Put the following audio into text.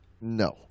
No